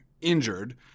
injured